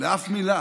לאף מילה.